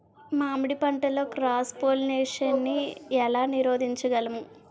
మామిడి పంటలో cross pollination నీ ఏల నీరోధించగలము?